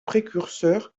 précurseur